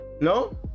no